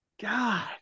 god